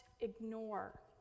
ignore